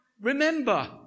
Remember